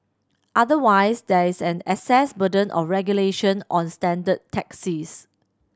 otherwise there is an access burden of regulation on standard taxis